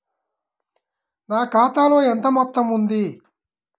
నా ఖాతాలో ఎంత మొత్తం ఉంది?